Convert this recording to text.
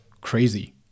crazy